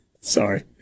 Sorry